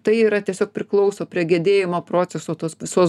tai yra tiesiog priklauso prie gedėjimo proceso tos visos